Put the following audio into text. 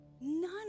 None